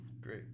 Great